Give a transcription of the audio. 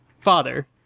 father